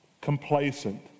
complacent